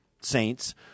Saints